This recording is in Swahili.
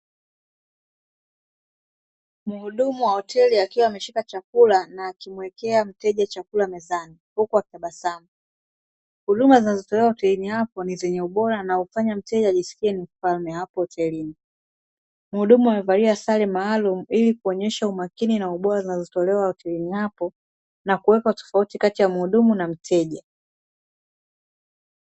Muhudumu wa hoteli akiwa ameshika chakula na akimuwekea mteja chakula mezani huku akitabasamu, huduma zinazo tolewa hotelini hapo ni zenye ubora, na humfanya mteja ajisikie ni mfalme hapo hotelini. Muhudumu amevalia sare maalumu ili kuonyesha umakini na ubora wa huduma zinazotolewa hotelini hapo na kuweka utofauti kati ya muhudumu na mteja.